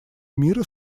мира